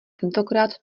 tentokrát